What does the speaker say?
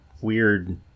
weird